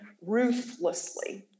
ruthlessly